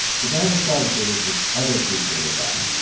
godaiva saw that there was this other preschool nearby.